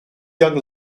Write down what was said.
young